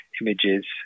images